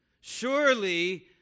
Surely